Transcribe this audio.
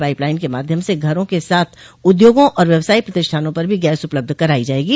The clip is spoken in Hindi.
पाइप लाइन के माध्यम से घरों के साथ उद्योगों और व्यवसायी प्रतिष्ठानों पर भी गैस उपलब्ध कराई जायेगी